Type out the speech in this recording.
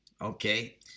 okay